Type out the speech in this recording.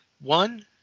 one